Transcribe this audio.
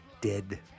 dead